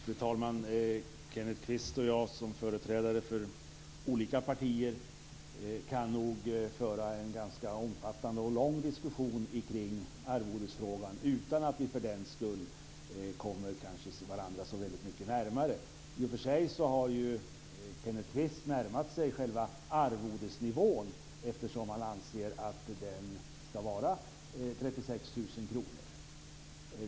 Fru talman! Kenneth Kvist och jag kan nog som företrädare för olika partier föra en ganska omfattande och lång diskussion kring arvodesfrågan utan att vi för den sakens skull kanske kommer varandra så mycket närmare. I och för sig har ju Kenneth Kvist närmat sig själva arvodesnivån eftersom han anser att den skall vara 36 000 kr.